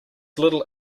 little